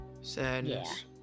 Sadness